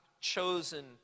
chosen